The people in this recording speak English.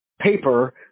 paper